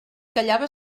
callava